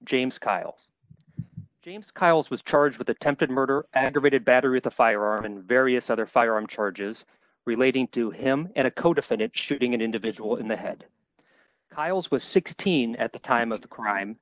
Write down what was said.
james kyle james kyles was charged with attempted murder aggravated battery with a firearm and various other firearm charges relating to him and a codefendant shooting an individual in the head kyle's was sixteen at the time of the crime